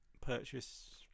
purchase